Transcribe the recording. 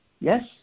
Yes